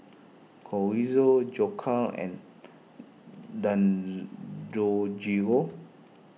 Chorizo Jokbal and Dangojiru